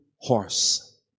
horse